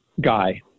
guy